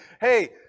hey